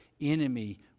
enemy